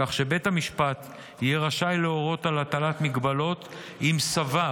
כך שבית המשפט יהיה רשאי להורות על הטלת מגבלות אם סבר